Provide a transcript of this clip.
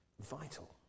vital